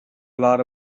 lot